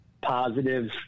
positive